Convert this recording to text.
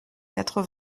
quatre